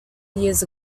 years